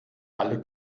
alle